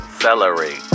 Celery